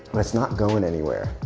it's not going anywhere.